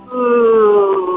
oh